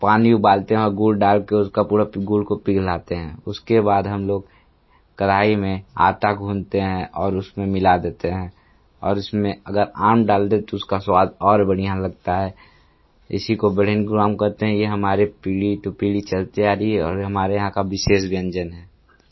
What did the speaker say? पानी उबलते हैं और गुड़ डालकर उसका पूरा गुड़ को पिघलाते हैं उसके बाद हम लोग कढाई में आता घूनते हैं और उसमें मिला देते हैं और उसमें अगर आम डाल दे तो उसका स्वाद और बढ़िया लगता है इसी को बरेनगुराम करते हैं यह हमारे पीढ़ी टू पीढ़ी चलती आ रही है और हमारे यहाँ का विशेष व्यंजन है